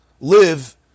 live